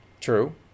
True